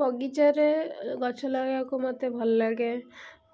ବଗିଚାରେ ଗଛ ଲଗାଇବାକୁ ମୋତେ ଭଲ ଲାଗେ